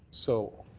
so